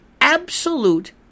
absolute